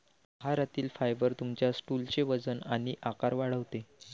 आहारातील फायबर तुमच्या स्टूलचे वजन आणि आकार वाढवते